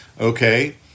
okay